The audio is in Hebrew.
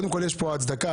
יש כאן הצדקה.